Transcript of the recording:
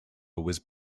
was